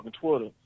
Twitter